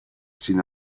sin